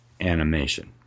animation